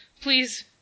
Please